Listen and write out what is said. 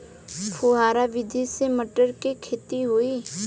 फुहरा विधि से मटर के खेती होई